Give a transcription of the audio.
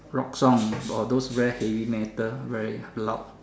rock song but those very heavy metal very loud